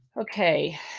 Okay